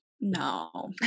No